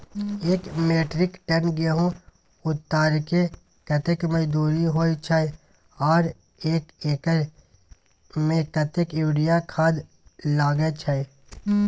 एक metric ton गेहूं उतारेके कतेक मजदूरी होय छै आर एक एकर में कतेक यूरिया खाद लागे छै?